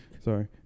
Sorry